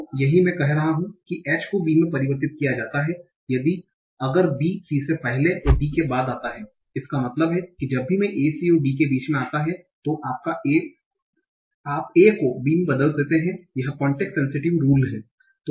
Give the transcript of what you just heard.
तो यही मैं कह रहा हूँ कि h को b में परिवर्तित किया जाता है यदि अगर b c से पहले और d के बाद आता हैं इसका मतलब है जब भी a c और d के बीच में आता है तो आप a को b में बदल देते हैं यह कॉन्टेस्ट सेनसिटिव रुल्स है